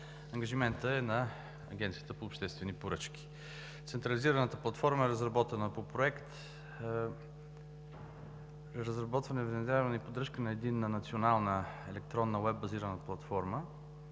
Ангажиментът е на Агенцията по обществени поръчки. Централизираната платформа е разработена по Проект „Разработване, внедряване и поддръжка на единна национална електронна уеб-базирана платформа“,